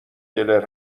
گلر